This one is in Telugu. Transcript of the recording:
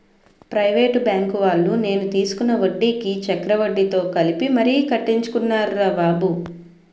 ప్రైవేటు బాంకువాళ్ళు నేను తీసుకున్న వడ్డీకి చక్రవడ్డీతో కలిపి మరీ కట్టించుకున్నారురా బాబు